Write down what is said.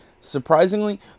Surprisingly